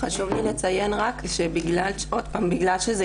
חשוב לי רק לציין עוד פעם שבגלל שזה הצטמצם,